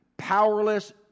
powerless